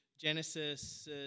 Genesis